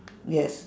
yes